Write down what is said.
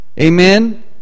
Amen